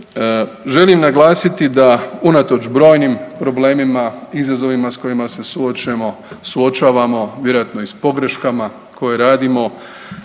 želim naglasiti da unatoč brojnim problemima i izazovima s kojima se suočavamo, vjerojatno i s pogreškama koje radimo